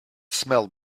smelled